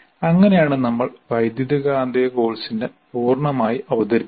അങ്ങനെയാണ് നമ്മൾ വൈദ്യുതകാന്തിക കോഴ്സിനെ പൂർണ്ണമായി അവതരിപ്പിക്കുന്നത്